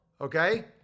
Okay